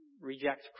reject